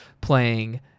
playing